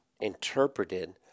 interpreted